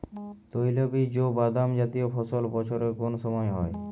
তৈলবীজ ও বাদামজাতীয় ফসল বছরের কোন সময় হয়?